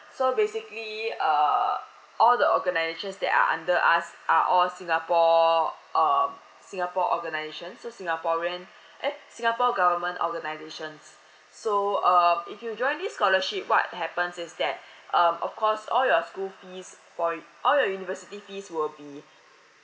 so basically uh all the organisations that are under us are all singapore uh singapore organisations so singaporean eh singapore government organisations so um if you join this scholarship what happens is that um of course all your school fees for all your university fees will be